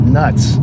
nuts